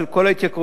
של כל ההתייקרויות.